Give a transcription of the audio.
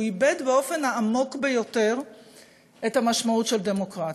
הוא איבד באופן העמוק ביותר את המשמעות של דמוקרטיה.